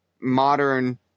modern